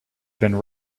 been